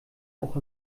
auch